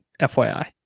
FYI